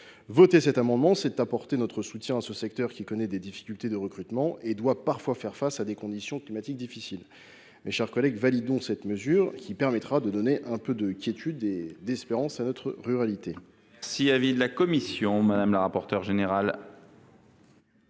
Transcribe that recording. pour cet amendement, c’est apporter notre soutien à ce secteur, qui connaît des difficultés de recrutement et qui doit parfois faire face à des conditions climatiques difficiles. Adoptons cette mesure qui permettra de donner un peu de quiétude et d’espérance à notre ruralité.